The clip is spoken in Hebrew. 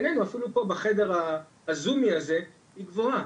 אפילו פה בחדר הזומי הזה היא גבוהה.